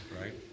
right